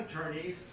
attorneys